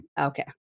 Okay